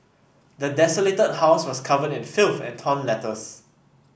the desolated house was covered in filth and torn letters